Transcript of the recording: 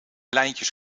lijntjes